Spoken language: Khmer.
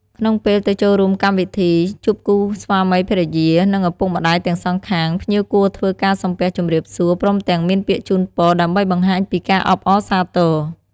ក្នុងពេលទៅចូលរួមកម្មវិធី ជួបគូស្វាមីភរិយា និងឪពុកម្ដាយទាំងសងខាង ភ្ញៀវគួរធ្វើការសំពះជម្រាបសួរ ព្រមទាំងមានពាក្យជូនពរ ដើម្បីបង្ហាញពីការអបអរសាទរ។